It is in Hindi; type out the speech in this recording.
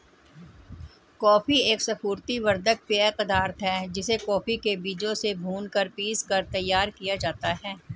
कॉफी एक स्फूर्ति वर्धक पेय पदार्थ है जिसे कॉफी के बीजों से भूनकर पीसकर तैयार किया जाता है